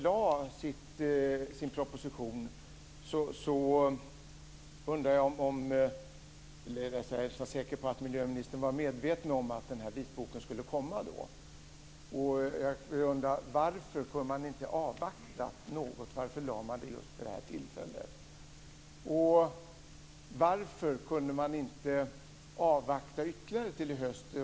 Jag är säker på att regeringen var medveten om att vitboken skulle komma när regeringen lade fram sin proposition. Jag undrar då: Varför kunde man inte avvakta något? Varför lade man fram propositionen just vid det här tillfället? Varför kunde man inte avvakta ytterligare till i höst?